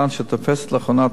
שתופסת לאחרונה תאוצה,